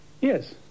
Yes